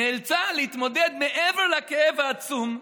נאלצה להתמודד, מעבר לכאב העצום,